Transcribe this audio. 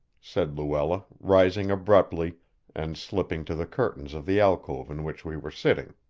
said luella, rising abruptly and slipping to the curtains of the alcove in which we were sitting.